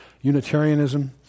Unitarianism